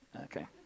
Okay